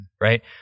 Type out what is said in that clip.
right